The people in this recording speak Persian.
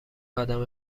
ادم